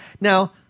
Now